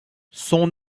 son